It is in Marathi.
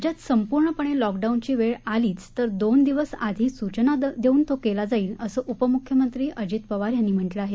राज्यात संपूर्णपणे लॉकडाऊनची वेळ आलीच तर दोन दिवस आधी सूचना देऊन तो केला जाईल असं उपमुख्यमंत्री अजित पवार यांनी म्हटलं आहे